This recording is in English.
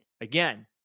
Again